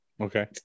okay